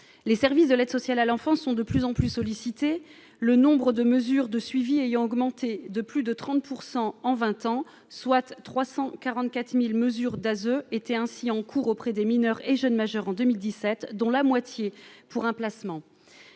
les services de l'aide sociale à l'enfance sont de plus en plus sollicités, le nombre de mesures de suivi ayant augmenté de plus de 30 % en 20 ans, soit 344000 mesures d'azote étaient ainsi en cours auprès des mineurs et jeunes majeurs en 2017, dont la moitié pour un placement